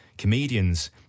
comedians